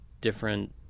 different